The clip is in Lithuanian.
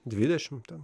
dvidešimt ten